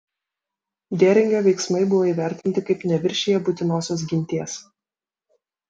dėringio veiksmai buvo įvertinti kaip neviršiję būtinosios ginties